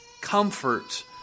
comfort